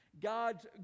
God's